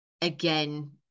Again